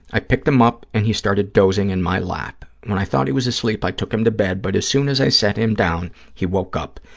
i picked him up and he started dozing in my lap. when i thought he was asleep, i took him to bed, but as soon as i set him down, he woke up.